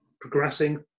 progressing